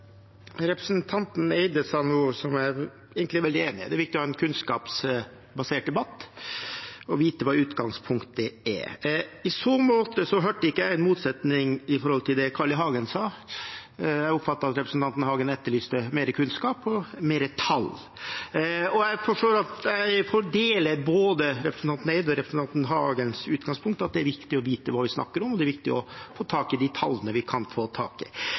Representanten Eide sa noe som jeg egentlig er veldig enig i: Det er viktig å ha en kunnskapsbasert debatt og vite hva utgangspunktet er. I så måte hørte ikke jeg en motsetning til det Carl I. Hagen sa, jeg oppfattet at representanten Hagen etterlyste mer kunnskap og flere tall. Jeg deler både representanten Eides og representanten Hagens utgangspunkt, at det er viktig å vite hva vi snakker om, og det er viktig å få tak i de tallene vi kan få tak i.